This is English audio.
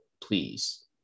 please